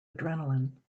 adrenaline